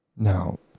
Now